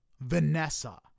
Vanessa